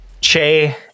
Che